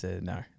No